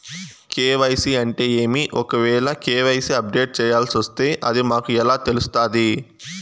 KYC అంటే ఏమి? ఒకవేల కె.వై.సి అప్డేట్ చేయాల్సొస్తే అది మాకు ఎలా తెలుస్తాది?